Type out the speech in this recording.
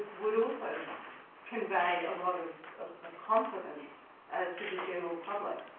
would also convey a lot of confidence to the general public.